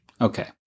Okay